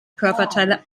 körperteile